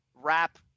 wrap